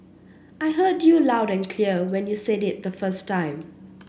I heard you loud and clear when you said it the first time